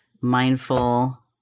mindful